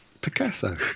picasso